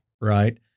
Right